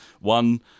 one